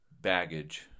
baggage